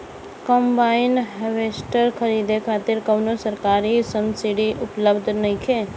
Combine harvester खरीदे खातिर कउनो सरकारी सब्सीडी उपलब्ध नइखे?